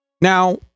now